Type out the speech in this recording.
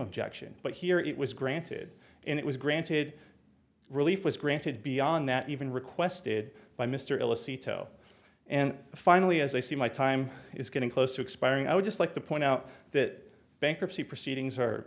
objection but here it was granted and it was granted relief was granted beyond that even requested by mr ellis ito and finally as i see my time is getting close to expiring i would just like to point out that bankruptcy proceedings or